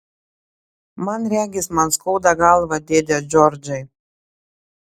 man regis man skauda galvą dėde džordžai